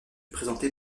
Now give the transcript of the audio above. présentée